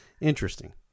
Interesting